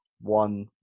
one